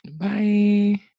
Bye